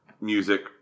Music